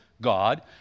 God